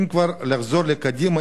אם כבר לחזור לקדימה,